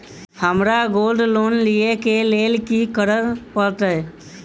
हमरा gold loan लिय केँ लेल की करऽ पड़त?